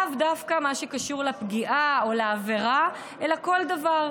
לאו דווקא במה שקשור לפגיעה או לעבירה אלא בכל דבר,